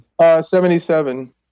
77